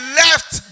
left